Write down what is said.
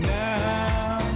now